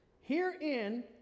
Herein